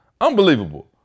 Unbelievable